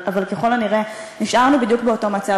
אבל ככל הנראה נשארנו בדיוק באותו מצב.